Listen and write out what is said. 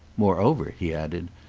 moreover, he added,